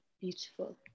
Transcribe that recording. beautiful